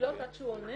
עד שעונה